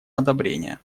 одобрения